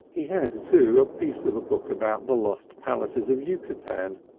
he had, too, a piece of a book about the lost palaces of yucatan,